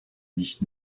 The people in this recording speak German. nicht